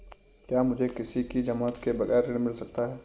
क्या मुझे किसी की ज़मानत के बगैर ऋण मिल सकता है?